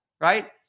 right